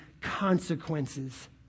consequences